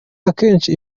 akenshi